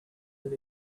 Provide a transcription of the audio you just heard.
that